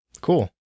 Cool